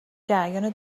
جریان